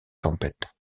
tempête